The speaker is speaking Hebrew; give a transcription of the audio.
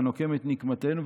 והנוקם את נקמתנו,